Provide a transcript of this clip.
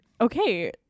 Okay